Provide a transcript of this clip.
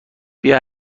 بیا